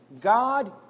God